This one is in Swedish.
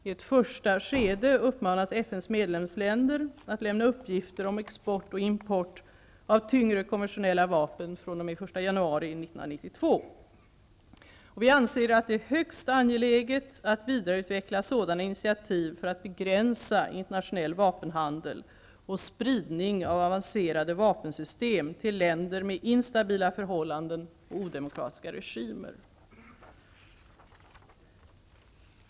I ett första skede uppmanas FN:s medlemsländer att lämna uppgifter om export och import av tyngre konventionella vapen fr.o.m. den 1 januari 1992. Vi anser att det är högst angeläget att vidareutveckla sådana initiativ för att begränsa internationell vapenhandel och spridning av avancerade vapensystem till länder med instabila förhållanden och odemokratiska regimer.